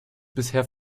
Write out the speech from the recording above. bisher